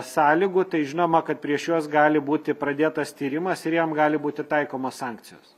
sąlygų tai žinoma kad prieš juos gali būti pradėtas tyrimas ir jiem gali būti taikomos sankcijos